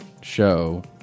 show